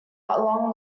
along